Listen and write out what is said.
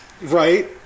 Right